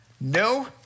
No